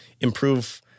improve